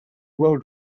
well